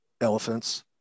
Elephants